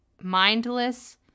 mindless